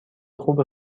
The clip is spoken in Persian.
خوبی